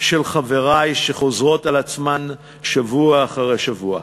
של חברי, שחוזרות על עצמן שבוע אחרי שבוע.